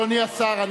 אדוני השר.